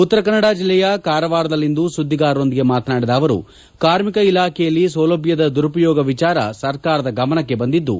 ಉತ್ತರಕನ್ನಡ ಜಿಲ್ಲೆಯ ಕಾರವಾರದಲ್ಲಿಂದು ಸುದ್ದಿಗಾರರೊಂದಿಗೆ ಮಾತನಾಡಿದ ಅವರು ಕಾರ್ಮಿಕ ಇಲಾಖೆಯಲ್ಲಿ ಸೌಲಭ್ಯದ ದುರುಪಯೋಗ ವಿಚಾರ ಸರ್ಕಾರದ ಗಮನಕ್ಕೆ ಬಂದಿದ್ದು